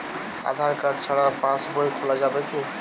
আধার card ছাড়া পাশবই খোলা যাবে কি?